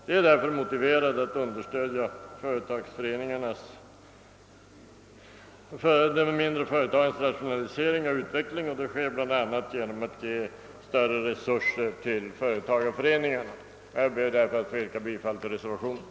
Det är därför motiverat att understödja de mindre företagens rationalisering och utveckling, och det sker bl.a. genom att ge större resurser till företagareföreningarna. Jag ber därför att få yrka bifall till reservationen.